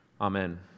Amen